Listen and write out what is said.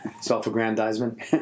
self-aggrandizement